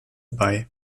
bei